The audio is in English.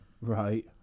right